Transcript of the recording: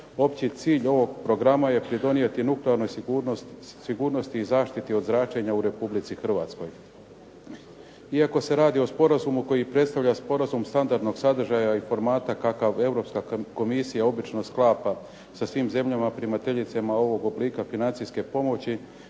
Opći cilj ovog programa je pridonijeti nuklearnoj sigurnosti i zaštiti od zračenja u Republici Hrvatskoj Iako se radi o sporazumu koji predstavlja sporazum standardnog sadržaja i formata kakav europska komisije obično sklapa sa svim zemljama primateljicama ovog oblika financijske pomoći,